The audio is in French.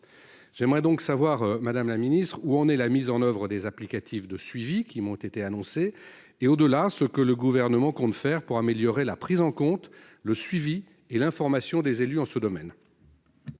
J'aimerais donc savoir, madame la secrétaire d'État, où en est la mise en oeuvre de ces applicatifs de suivi et, au-delà, ce que le Gouvernement compte faire pour améliorer la prise en compte, le suivi et l'information des élus en ce domaine.